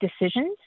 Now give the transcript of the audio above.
decisions